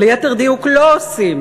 או ליתר דיוק לא עושים,